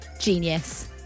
Genius